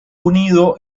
unido